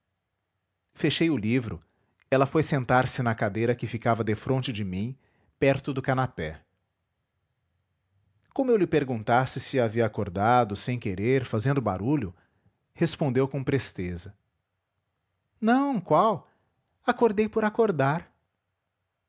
fechei o livro ela foi sentar-se na cadeira que ficava defronte de mim perto do canapé como eu lhe perguntasse se a havia acordado sem querer fazendo barulho respondeu com presteza não qual acordei por acordar